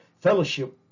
fellowship